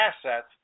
assets